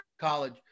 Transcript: college